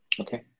Okay